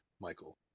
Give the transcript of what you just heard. Michael